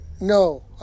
no